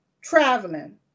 traveling